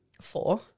Four